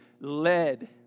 led